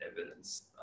evidence